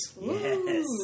Yes